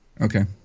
Okay